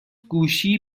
گوشی